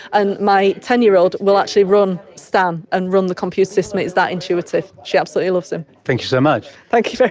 and my ten year old will actually run stan and run the computer system, it's that intuitive, she absolutely loves him. thank you so much. thank you very